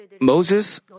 Moses